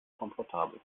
komfortabel